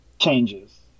changes